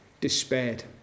despaired